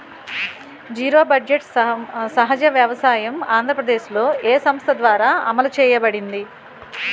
Zero budget సహజ వ్యవసాయం ఆంధ్రప్రదేశ్లో, ఏ సంస్థ ద్వారా అమలు చేయబడింది?